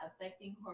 affecting